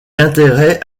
intérêt